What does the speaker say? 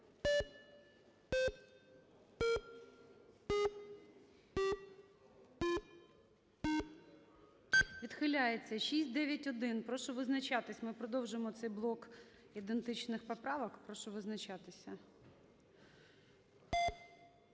Відхиляється. 691. Прошу визначатися. Ми продовжуємо цей блок ідентичних поправок. Прошу визначатися.